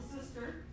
sister